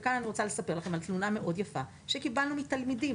אני רוצה לספר לכם כאן על תלונה מאוד יפה שקיבלנו מתלמידים.